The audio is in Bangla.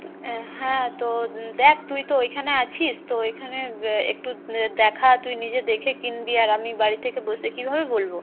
হ্যাঁ তো দেখ তুই তো ওইখানে আছিস তো ওইখানে একটু দেখা তুই নিজে দেখে কিনবি আর আমি বাড়ি থেকে বসে কীভাবে বলবো